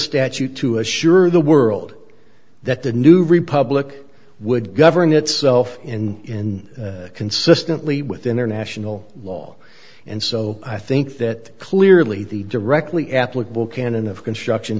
statute to assure the world that the new republic would govern itself in consistently with international law and so i think that clearly the directly applicable canon of construction